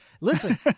listen